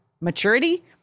maturity